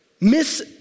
Miss